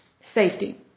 safety